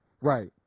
Right